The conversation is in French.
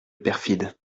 perfide